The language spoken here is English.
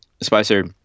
Spicer